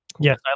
Yes